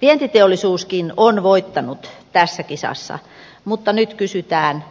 vientiteollisuuskin on voittanut tässä kisassa mutta nyt kysytään